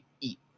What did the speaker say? eat